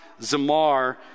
Zamar